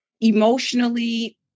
emotionally